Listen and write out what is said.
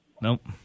Nope